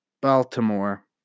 Baltimore